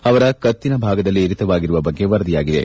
ಅವರ ಕತ್ತಿನ ಭಾಗದಲ್ಲಿ ಇರಿತವಾಗಿರುವ ಬಗ್ಗೆ ವರದಿಯಾಗಿದೆ